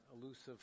elusive